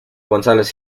gonzález